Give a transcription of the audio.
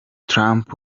trump